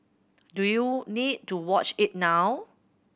do you need to watch it now